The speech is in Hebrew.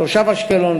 תושב אשקלון,